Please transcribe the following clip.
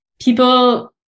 People